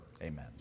Amen